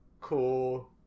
cool